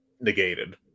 negated